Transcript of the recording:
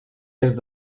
est